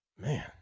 Man